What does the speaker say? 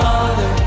Father